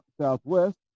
Southwest